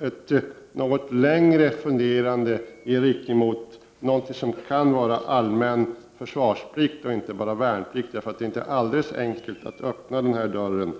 ett något längre funderande i riktning mot någonting som kan vara allmän försvarsplikt och inte bara värnplikt. Det är inte alldeles enkelt att öppna den här dörren.